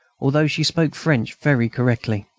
although she spoke french very correctly.